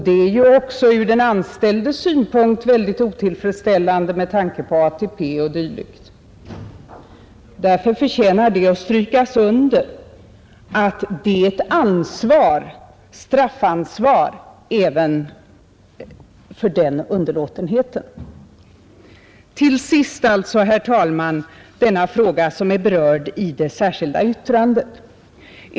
Det är också ur den anställdes synpunkt mycket otillfredsställande med tanke på ATP och dylikt. Därför förtjänar det att understrykas att det är ett straffansvar även för den underlåtenheten. Till sist, herr talman, några ord om den fråga som är berörd i det särskilda yttrandet.